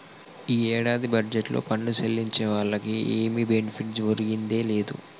ఈ ఏడాది బడ్జెట్లో పన్ను సెల్లించే వాళ్లకి ఏమి బెనిఫిట్ ఒరిగిందే లేదు